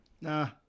nah